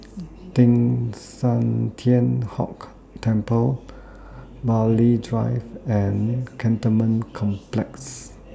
Teng San Tian Hock Temple Burghley Drive and Cantonment Complex